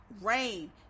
rain